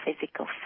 physical